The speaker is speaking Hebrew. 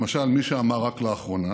למשל, מי שאמר רק לאחרונה: